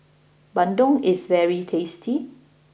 Bandung is very tasty